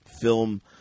film